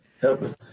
helping